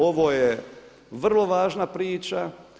Ovo je vrlo važna priča.